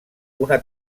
una